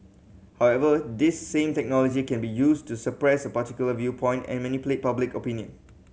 however this same technology can be used to suppress a particular viewpoint and manipulate public opinion